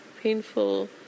painful